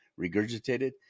regurgitated